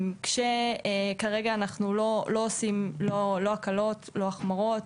כשכרגע אנחנו לא עושים הקלות וגם לא החמרות,